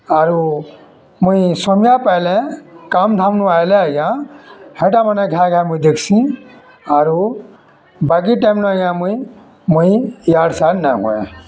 ଆରୁ ମୁଇଁ ସମିଆ ପାଏଲେ କାମ୍ଧାମ୍ନୁ ଆଏଲେ ଆଜ୍ଞା ହେଟା ମାନେ ଘାଏ ଘାଏ ମୁଇଁ ଦେଖ୍ସି ଆରୁ ବାକି ଟାଇମ୍ନ ଆଜ୍ଞା ମୁଇଁ ମୁଇଁ ଇଆଡ଼୍ ସିଆଡ଼୍ ନାଇଁ ହୁଏ